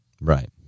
Right